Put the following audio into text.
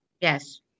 yes